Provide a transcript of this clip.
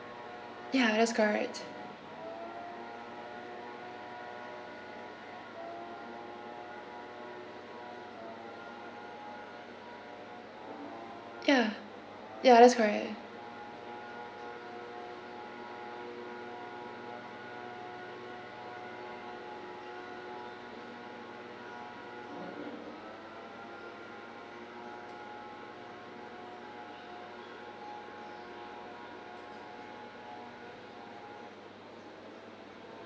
ya that's correct ya ya that's correct